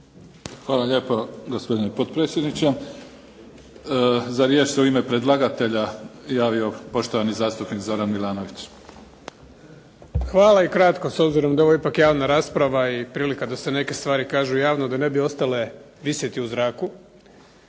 Hvala lijepo gospodine potpredsjedniče. Za riječ se u ime predlagatelja javio poštovani zastupnik Zoran Milanović. **Milanović, Zoran (SDP)** Hvala i kratko s obzirom da je ovo ipak javna rasprava i prilika da se neke stvari kažu javno da ne bi ostale visjeti u zraku.